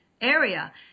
area